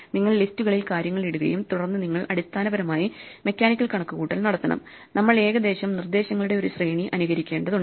നിങ്ങൾ ലിസ്റ്റുകളിൽ കാര്യങ്ങൾ ഇടുകയും തുടർന്ന് നിങ്ങൾ അടിസ്ഥാനപരമായി മെക്കാനിക്കൽ കണക്കുകൂട്ടൽ നടത്തണം നമ്മൾ ഏകദേശം നിർദ്ദേശങ്ങളുടെ ഒരു ശ്രേണി അനുകരിക്കേണ്ടതുണ്ട്